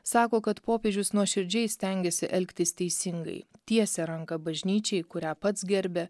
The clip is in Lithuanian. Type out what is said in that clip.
sako kad popiežius nuoširdžiai stengiasi elgtis teisingai tiesia ranką bažnyčiai kurią pats gerbia